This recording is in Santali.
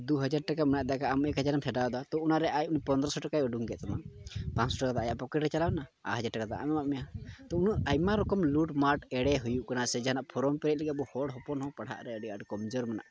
ᱫᱩ ᱦᱟᱡᱟᱨ ᱴᱟᱠᱟ ᱢᱮᱱᱟᱜ ᱛᱟᱭ ᱠᱷᱟᱱ ᱟᱢ ᱮᱠ ᱦᱟᱡᱟᱨᱮᱢ ᱪᱷᱟᱰᱟᱣᱫᱟ ᱛᱳ ᱚᱱᱟᱨᱮ ᱟᱡ ᱯᱚᱸᱫᱽᱨᱚ ᱥᱚ ᱴᱟᱠᱟᱭ ᱩᱰᱩᱠ ᱠᱮᱜ ᱛᱟᱢᱟ ᱯᱟᱸᱪᱥᱚ ᱴᱟᱠᱟ ᱟᱭᱟᱜ ᱯᱚᱠᱮᱴ ᱨᱮ ᱪᱟᱞᱟᱣᱱᱟ ᱟᱨ ᱦᱟᱡᱟᱨ ᱴᱟᱠᱟ ᱫᱚ ᱮᱢᱟᱣᱟᱫ ᱢᱮᱭᱟ ᱛᱳ ᱩᱱᱟᱹᱜ ᱟᱭᱢᱟ ᱨᱚᱠᱚᱢ ᱞᱩᱰ ᱢᱟᱴᱷ ᱮᱸᱲᱮ ᱦᱩᱭᱩᱜ ᱠᱟᱱᱟ ᱥᱮ ᱡᱟᱦᱟᱱᱟᱜ ᱯᱷᱨᱚᱢ ᱯᱮᱨᱮᱡ ᱞᱟᱹᱜᱤᱫ ᱦᱚᱲ ᱦᱚᱯᱚᱱ ᱦᱚᱸ ᱯᱟᱲᱦᱟᱜ ᱨᱮ ᱟᱹᱰᱤ ᱟᱸᱴ ᱠᱚᱢ ᱡᱳᱨ ᱢᱮᱱᱟᱜ